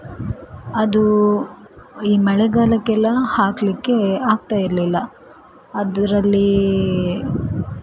ಅದು ಈ ಮಳೆಗಾಲಕ್ಕೆಲ್ಲ ಹಾಕಲಿಕ್ಕೆ ಆಗ್ತಾ ಇರಲಿಲ್ಲ ಅದರಲ್ಲಿ